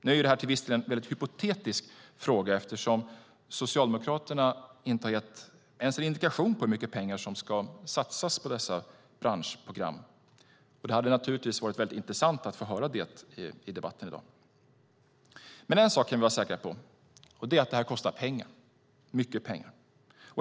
Nu är detta till viss del en hypotetisk fråga eftersom Socialdemokraterna inte ens har gett en indikation om hur mycket pengar som ska satsas på dessa branschprogram. Det hade naturligtvis varit intressant att få höra det i debatten i dag. Men en sak kan vi vara säkra på, och det är att det här kostar pengar, mycket pengar.